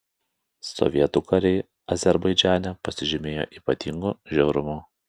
sovietų kariai azerbaidžane pasižymėjo ypatingu žiaurumu